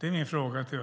Det är mina frågor till Ulf Berg.